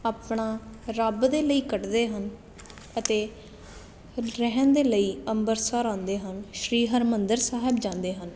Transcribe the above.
ਆਪਣਾ ਰੱਬ ਦੇ ਲਈ ਕੱਢਦੇ ਹਨ ਅਤੇ ਰਹਿਣ ਦੇ ਲਈ ਅੰਮ੍ਰਿਤਸਰ ਆਉਂਦੇ ਹਨ ਸ਼੍ਰੀ ਹਰਿਮੰਦਰ ਸਾਹਿਬ ਜਾਂਦੇ ਹਨ